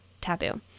taboo